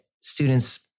students